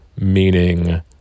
Meaning